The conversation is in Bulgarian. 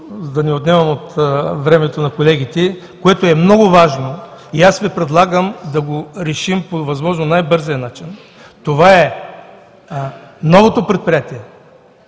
да не отнемам от времето на колегите, което е много важно, и аз Ви предлагам да го решим по възможно най-бързия начин, това е новото предприятие